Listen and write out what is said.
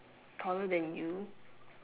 taller than you